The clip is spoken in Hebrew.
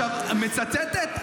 אני מצטט את